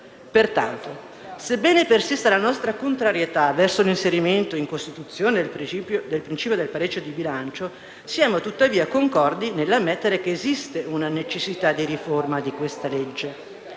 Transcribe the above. Pertanto, sebbene persista la nostra contrarietà verso l'inserimento in Costituzione del principio del pareggio di bilancio, siamo tuttavia concordi nell'ammettere che esiste una necessità di riforma della legge